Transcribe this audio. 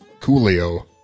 Coolio